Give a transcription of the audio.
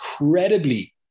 incredibly